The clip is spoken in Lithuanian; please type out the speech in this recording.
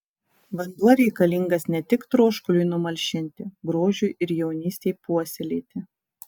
vanduo reikalingas ne tik troškuliui numalšinti grožiui ir jaunystei puoselėti